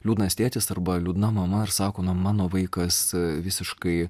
liūdnas tėtis arba liūdna mama ir sako na mano vaikas visiškai